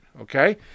Okay